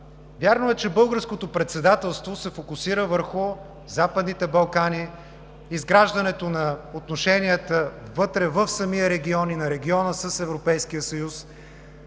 вярно е, че Българското председателство се фокусира върху Западните Балкани, изграждането на отношенията вътре в самия регион, на региона с Европейския съюз,